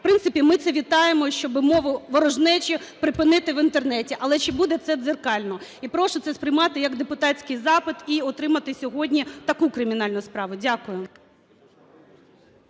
В принципі, ми це вітаємо, щоби мову ворожнечі припинити в Інтернеті. Але чи буде це дзеркально? І прошу це сприймати як депутатський запит і отримати сьогодні таку кримінальну справу. Дякую.